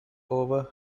over